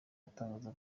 atangaza